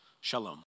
Shalom